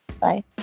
bye